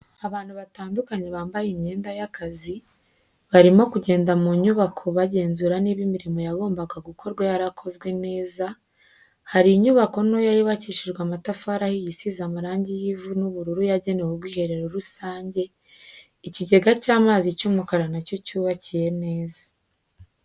Abantu batandukanye bambaye imyenda y'akazi, barimo kugenda mu nyubako bagenzura niba imirimo yagombaga gukorwa yarakozwe neza, hari inyubako ntoya yubakishije amatafari ahiye isize amarangi y'ivu n'ubururu yagenewe ubwiherero rusange ikigega cy'amazi cy'umukara nacyo cyubakiye neza.